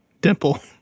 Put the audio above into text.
Dimple